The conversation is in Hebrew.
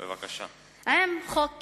עם חוק כזה,